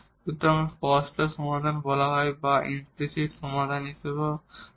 সুতরাং স্পষ্ট সমাধান বলা হয় বা আমরা একটি ইমপ্লিসিট সমাধান হিসাবেও বলা হয়